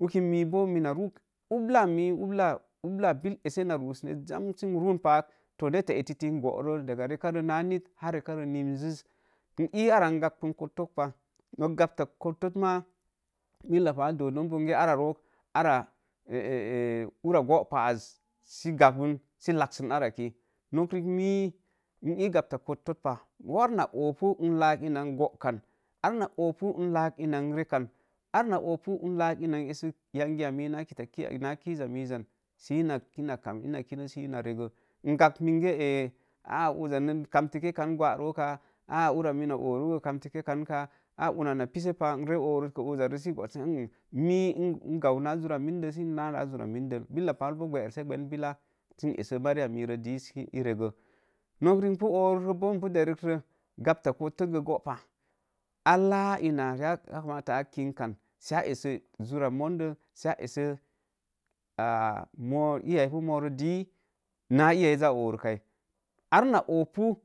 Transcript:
uki miboo mina ruu ubla miik ubla bill esse na ruu səne jam sə n ruu paak to netta ettiti booro daga rekare naa nit, haa rekare nimziz, n ii ara n gabən kottok pah, nok gapta kotto maa billa pal do don bonge ara rook, ara ura goopah az sə gaben sə laksən are ki nok riik miin ii gabta kotok pah orna oopu n laak in na n gokam arna oopu n laaƙ ina n rekan, ar na oopu n laa ina essə kitaki naa yangi a mii naa kiza miz an si ina kinə si regə, n gab minge aā uzza kamtéke kan gwa rookaa ura mina oorugə kamtike kan, aa una na pisé pah n orukree uzza ree, mii n gau naa juva mindəl sə n no naa juva mindəl, billa pal boo, bəri se bən billa, sə n essə mariya miwe dii sə ii reegə, nok riik n pu oorik boo ipu der ro gauta kottot go gopah, a laa ina yakama a kinkan, sə a essə jura mondəl sə a essə moo, iya ipu moroɗii naa iya iza oorukai, ar na oopu